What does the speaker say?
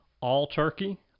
all-turkey